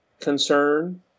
Concern